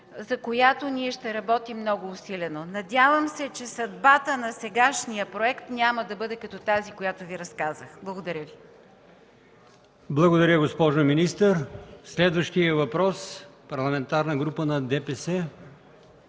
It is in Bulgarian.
за която ние ще работим много усилено. Надявам се, че съдбата на сегашния проект няма да бъде като тази, която Ви разказах. Благодаря. ПРЕДСЕДАТЕЛ АЛИОСМАН ИМАМОВ: Благодаря, госпожо министър. Следващият въпрос е от Парламентарната група на ДПС.